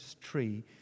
tree